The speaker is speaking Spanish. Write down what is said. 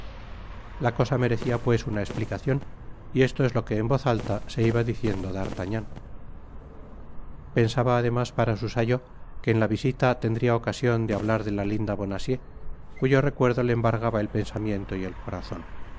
la cosa merecía pues una explicacion y esto es lo que en voz alta se iba diciendo d'artagnan pensaba además para su sayo que en la visita tendría ocasion de hablar de la linda bonacieux cuyo recuerdo le embargaba el pensamiento y el corazon